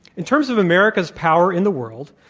in terms of america's power in the world,